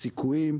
הסיכויים,